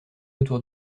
autour